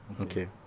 okay